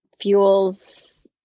fuels